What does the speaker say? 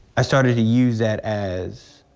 i started to use that as.